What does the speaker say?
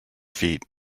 feet